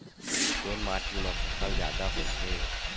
कोन माटी मा फसल जादा होथे?